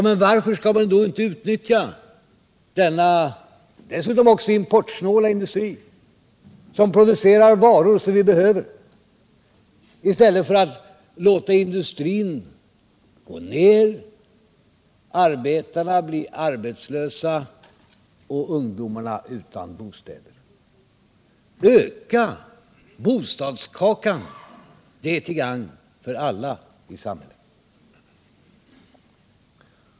Men varför skall man då inte utnyttja denna industri som producerar varor som vi behöver, och som dessutom är importsnål, i stället för att låta industrin gå ner, arbetarna bli arbetslösa och ungdomen utan bostäder? Öka bostadskakan! Det är till gagn för alla i samhället.